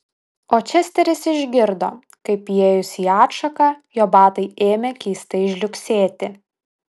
o česteris išgirdo kaip įėjus į atšaką jo batai ėmė keistai žliugsėti